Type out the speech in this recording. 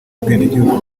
bwenegihugu